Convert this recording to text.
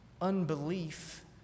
unbelief